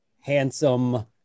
handsome